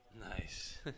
Nice